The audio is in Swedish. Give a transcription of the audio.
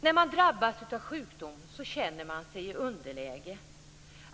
När man drabbas av sjukdom känner man sig i underläge.